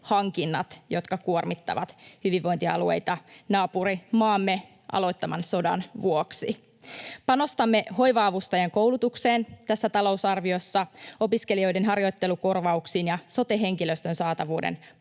ict-hankinnat, jotka kuormittavat hyvinvointialueita naapurimaamme aloittaman sodan vuoksi. Panostamme tässä talousarviossa hoiva-avustajien koulutukseen, opiskelijoiden harjoittelukorvauksiin ja sote-henkilöstön saatavuuden